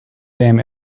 damn